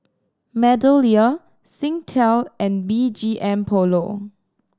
MeadowLea Singtel and B G M Polo